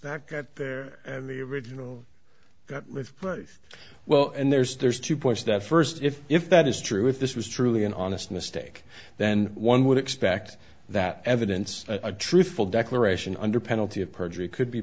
that got there and the original got with birth well and there's there's two points that first if if that is true if this was truly an honest mistake then one would expect that evidence a truthful declaration under penalty of perjury could be